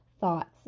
thoughts